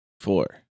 Four